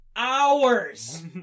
hours